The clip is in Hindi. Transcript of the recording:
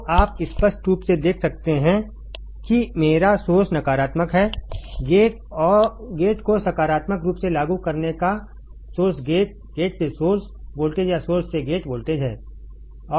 तो आप स्पष्ट रूप से देख सकते हैं कि मेरा सोर्स नकारात्मक है गेट को सकारात्मक रूप से लागू करने का सोर्स गेट गेट से सोर्स वोल्टेज या सोर्स से गेट वोल्टेज है